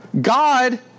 God